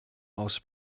aus